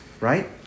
Right